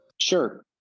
Sure